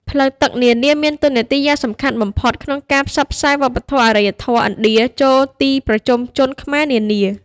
ផ្លូវទឹកនានា មានតួនាទីយ៉ាងសំខាន់បំផុត ក្នុងការផ្សព្វផ្សាយ វប្បធម៌ អារ្យធម៌ ឥណ្ឌាចូលទីប្រជុំជនខ្មែរនានា ។